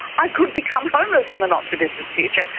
i could become homeless in the not too distant future,